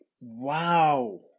Wow